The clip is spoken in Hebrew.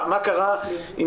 מה קרה עם